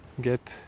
get